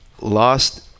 lost